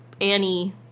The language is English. Annie